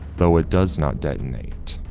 though it does not detonate.